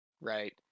right